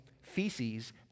feces